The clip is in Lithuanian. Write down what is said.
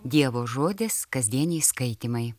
dievo žodis kasdieniai skaitymai